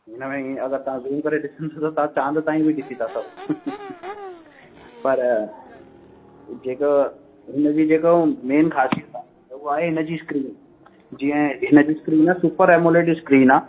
हिन में ई अगरि तव्हां ज़ूम करे ॾिसंदा त तव्हां चांद ताईं बि ॾिसी था सघो पर जेका हिन जी जेका मेन ख़ासियत आहे त उहो आहे इन जी स्क्रीन जीअं हिन जी स्क्रीन आ सुपर एमोलेड स्क्रीन आहे